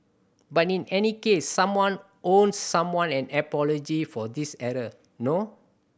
but in any case someone owes someone an apology for this error no